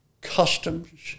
customs